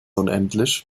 unendlich